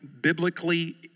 biblically